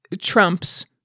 trumps